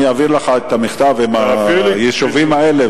אני אעביר לך את המכתב עם שמות היישובים האלה,